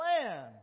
plan